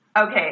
Okay